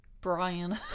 Brian